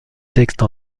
textes